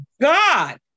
God